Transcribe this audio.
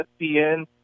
ESPN